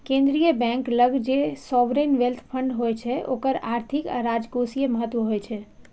केंद्रीय बैंक लग जे सॉवरेन वेल्थ फंड होइ छै ओकर आर्थिक आ राजकोषीय महत्व होइ छै